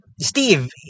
Steve